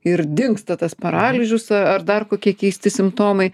ir dingsta tas paralyžius ar dar kokie keisti simptomai